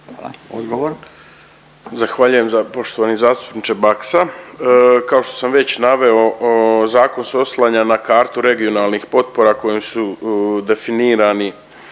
(DP)** Zahvaljujem poštovani zastupniče Baksa. Kao što sam već naveo zakon se oslanja na kartu regionalnih potpora kojom su definirani